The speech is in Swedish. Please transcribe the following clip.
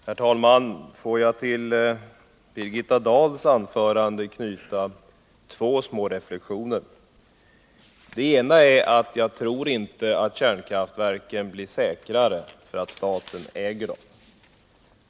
Herr talman! Till Birgitta Dahls anförande vill jag knyta två små reflexioner: Den ena är att jag inte tror att kärnkraftverken blir säkrare för att staten äger dem.